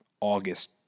August